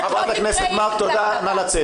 חברת הכנסת מארק, נא לצאת.